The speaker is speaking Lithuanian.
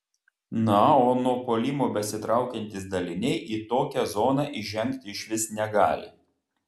na o nuo puolimo besitraukiantys daliniai į tokią zoną įžengti išvis negali